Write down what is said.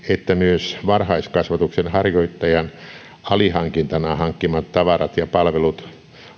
että myös varhaiskasvatuksen harjoittajan alihankintana hankkimat tavarat ja palvelut